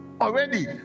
already